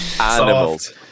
animals